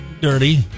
dirty